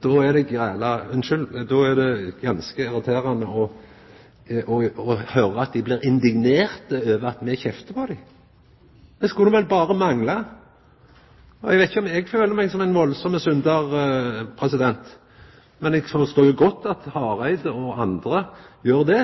Då er det ganske irriterande å høyra at dei blir indignerte over at me kjeftar på dei. Det skulle vel berre mangla! Eg veit ikkje om eg føler meg som ein veldig syndar, men eg forstår godt at Hareide og andre gjer det.